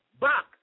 back